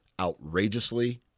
outrageously